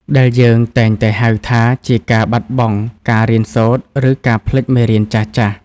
ដែលយើងតែងតែហៅថាជាការបាត់បង់ការរៀនសូត្រ ឬការភ្លេចមេរៀនចាស់ៗ។